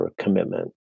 commitment